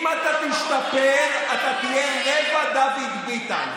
אם אתה תשתפר אתה תהיה רבע דוד ביטן.